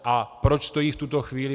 A proč stojí v tuto chvíli?